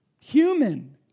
human